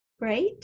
right